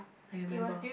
I remember